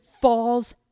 falls